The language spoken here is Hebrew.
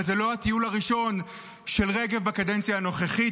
אבל זה לא הטיול הראשון של רגב בקדנציה הנוכחית.